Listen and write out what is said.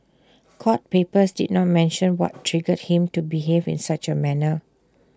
court papers did not mention what triggered him to behave in such A manner